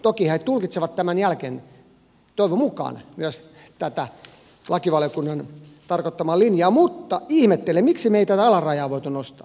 tokihan he tulkitsevat tämän jälkeen toivon mukaan myös tätä lakivaliokunnan tarkoittamaa linjaa mutta ihmettelen miksi me emme tätä alarajaa voineet nostaa